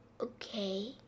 okay